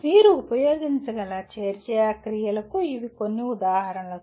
మీరు ఉపయోగించగల చర్య క్రియలకు ఇవి కొన్ని ఉదాహరణలు